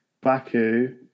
Baku